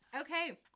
okay